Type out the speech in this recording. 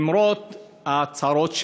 למרות ההצהרות שלו,